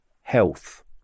health